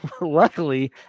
luckily